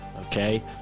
okay